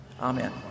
Amen